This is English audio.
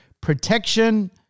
protection